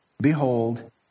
Behold